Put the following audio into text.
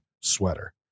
sweater